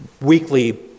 weekly